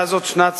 אותה ישות שנמצאת